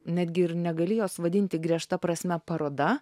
netgi ir negali jos vadinti griežta prasme paroda